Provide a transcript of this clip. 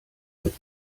with